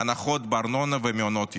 הנחות בארנונה ומעונות יום.